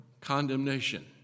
condemnation